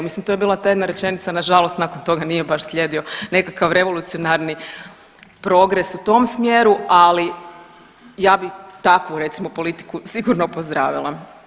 Mislim to je bila ta jedna rečenica, nažalost nakon toga nije baš slijedio nekakav revolucionarni progres u tom smjeru, ali ja bih takvu recimo, politiku sigurno pozdravila.